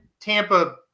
Tampa